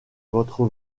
votre